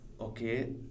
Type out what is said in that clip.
okay